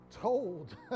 told